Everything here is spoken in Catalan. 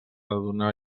donar